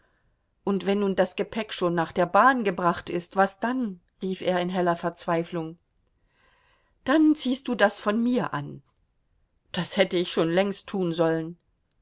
und wenn nun das gepäck schon nach der bahn gebracht ist was dann rief er in heller verzweiflung dann ziehst du das von mir an das hätte ich schon längst tun sollen